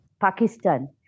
Pakistan